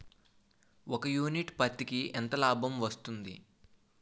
ఒక యూనిట్ పత్తికి ఎంత లాభం వస్తుంది?